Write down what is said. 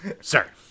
Sir